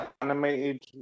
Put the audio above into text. animated